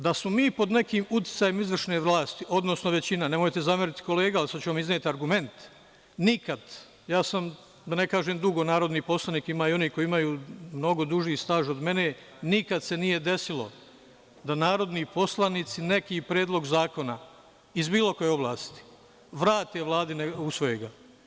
Da smo mi pod nekim uticajem izvršne vlasti, odnosno većina, nemojte zameriti, kolega, ali sada ću izneti argument, nikad, ja sam, da ne kažem, dugo narodni poslanik, ima i onih koji imaju mnogo duži staž od mene, se nije desilo da narodni poslanici neki predlog zakona, iz bilo koje vlasti, vrati Vladi, ne usvoje ga.